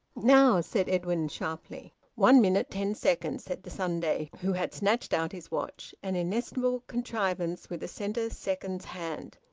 now! said edwin sharply. one minute ten seconds, said the sunday, who had snatched out his watch, an inestimable contrivance with a centre-seconds hand.